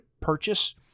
purchase